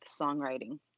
songwriting